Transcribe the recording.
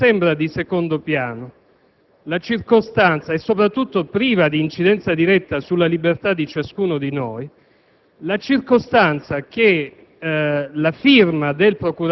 vi è un indubbio peso specifico che ha un'incidenza diretta sulla libertà dei cittadini. L'ordinamento giudiziario riformato